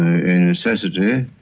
a necessity